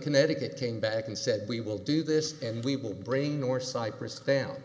connecticut came back and said we will do this and we will bring or cypress down